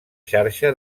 xarxa